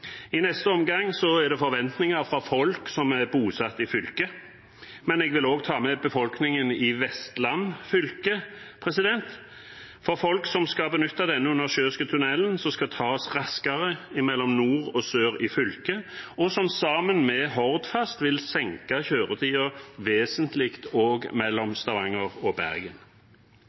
I neste omgang er det forventninger fra folk som er bosatt i fylket, men jeg vil også ta med befolkningen i Vestland fylke, folk som skal benytte denne undersjøiske tunnelen, som skal ta oss raskere fra nord til sør i fylket, og som sammen med Hordfast vil senke kjøretiden vesentlig også mellom Stavanger og Bergen.